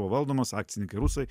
valdomas akcininkai rusai